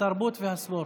הפנים.